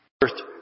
First